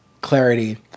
clarity